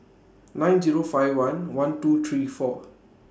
nine Zero five one one two three four